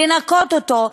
לנקות אותו,